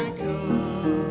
come